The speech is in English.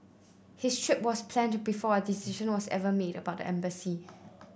his trip was planned before a decision was ever made about the embassy